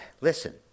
listen